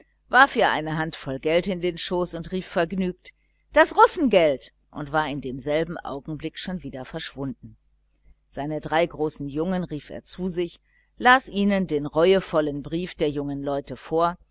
warf ihr eine handvoll geld in den schoß rief vergnügt das russengeld und war in demselben augenblick schon wieder verschwunden seine drei großen jungen rief er zu sich las ihnen den reuevollen brief der jungen leute vor